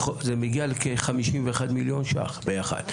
זה מגיע לכ-51 מיליון ₪ ביחד.